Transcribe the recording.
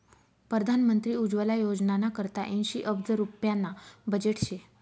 परधान मंत्री उज्वला योजनाना करता ऐंशी अब्ज रुप्याना बजेट शे